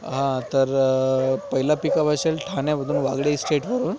हां तर पहिला पिकप असेल ठाण्यामधून वागळे इस्टेटवरून